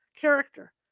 Character